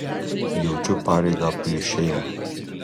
jaučiu pareigą prieš šeimą